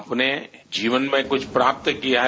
आप ने जीवन में कुछ प्राप्त किया है